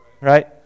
right